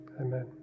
amen